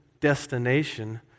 destination